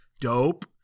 dope